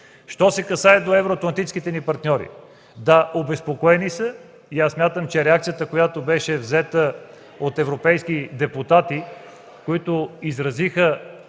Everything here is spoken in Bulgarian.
Що се касае до евроатлантическите ни партньори – да, обезпокоени са. Смятам, че реакцията, която беше взета от европейски депутати, които изразиха